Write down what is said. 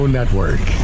Network